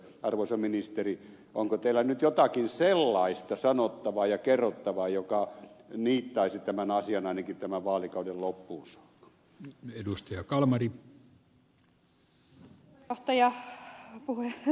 arvoisa ministeri onko teillä nyt jotakin sellaista sanottavaa ja kerrottavaa joka niittaisi tämän asian ainakin tämän vaalikauden loppuun saakka